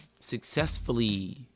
successfully